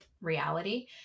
reality